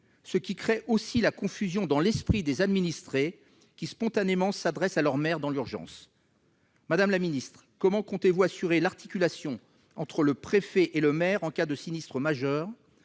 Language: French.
crée la confusion dans l'esprit des administrés, lesquels, spontanément, s'adressent à leur maire dans l'urgence. Madame la ministre, comment comptez-vous assurer l'articulation entre le préfet et le maire en cas de sinistre majeur,